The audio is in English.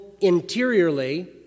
interiorly